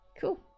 Cool